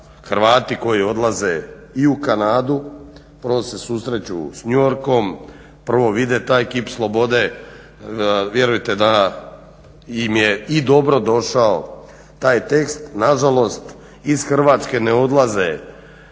Hrvati koji odlaze i u Kanadu prvo se susreću s New Yorkom, prvo vide taj kip slobode. Vjerujte da im je i dobro došao taj tekst. Na žalost iz Hrvatske ne odlaze